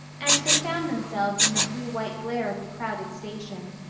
and they found themselves in the blue-white glare of the crowded station.